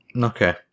Okay